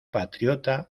patriota